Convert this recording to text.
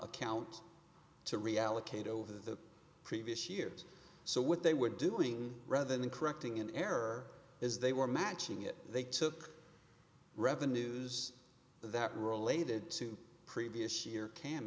account to reallocate over the previous years so what they were doing rather than correcting an error is they were matching it they took revenues that were related to previous year ca